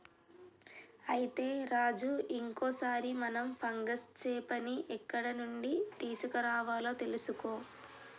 అయితే రాజు ఇంకో సారి మనం ఫంగస్ చేపని ఎక్కడ నుండి తీసుకురావాలో తెలుసుకో